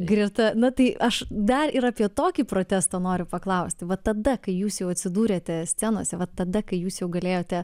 greta na tai aš dar ir apie tokį protestą noriu paklausti va tada kai jūs jau atsidūrėte scenose va tada kai jūs jau galėjote